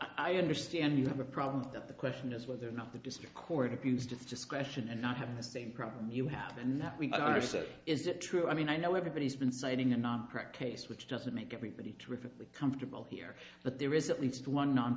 i understand you have a problem with that the question is whether or not the district court abused its discretion and not have the same problem you have and that we can i say is it true i mean i know everybody's been citing a nonprofit case which doesn't make everybody terrifically comfortable here but there is at least one non